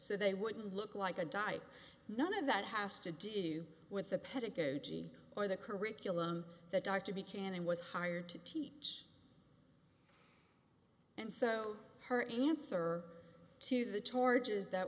so they wouldn't look like a dyke none of that has to do with the pedagogy or the curriculum that dr b cannon was hired to teach and so her answer to the torches that